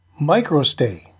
Microstay